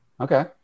Okay